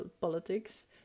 politics